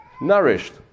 nourished